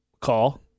Call